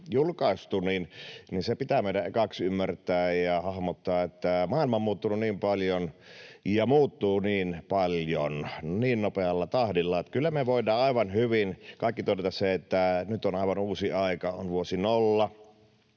julkaistu, pitää meidän ensin ymmärtää ja hahmottaa, että maailma on muuttunut niin paljon ja muuttuu niin paljon niin nopealla tahdilla, että kyllä me voidaan aivan hyvin kaikki todeta se, että nyt on aivan uusi aika, on vuosi nolla,